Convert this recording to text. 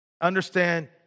Understand